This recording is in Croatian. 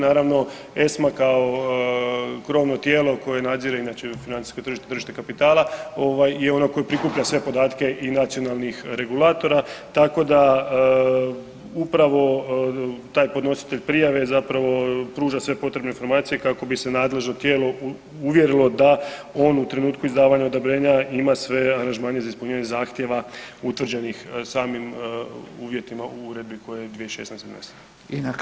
Naravno, ESMA kao krovno tijelo koje nadzire inače financijsko tržište i tržište kapitala je ono koje prikuplja sve podatke i nacionalnih regulatora, tako da upravo taj podnositelj prijave zapravo pruža sve potrebne informacije kako bi se nadležno tijelo uvjerilo da on u trenutku izdavanja odobrenja ima sve aranžmane za ispunjenje zahtjeva utvrđenih samim uvjetima u uredbi koja je 2016. donesena.